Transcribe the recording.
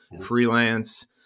freelance